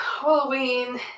Halloween